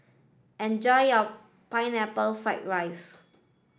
enjoy your pineapple fried rice